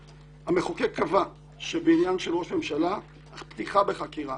המחוקק קבע שבעניין של ראש ממשלה ההחלטה על פתיחה בחקירה